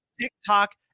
tiktok